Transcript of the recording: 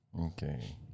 Okay